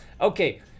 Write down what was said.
Okay